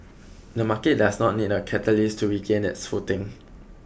the market does not need a catalyst to regain its footing